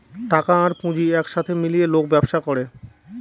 টাকা আর পুঁজি এক সাথে মিলিয়ে লোক ব্যবসা করে